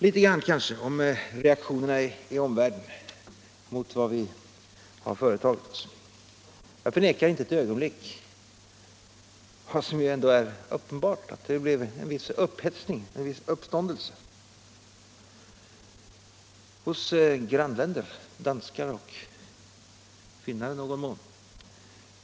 Litet grand om reaktionerna i omvärlden mot vad vi har företagit oss: Jag förnekar inte ett ögonblick vad som ändå är uppenbart, nämligen att det blev en viss upphetsning och uppståndelse hos grannländer — danskar och, i någon mån, finnar.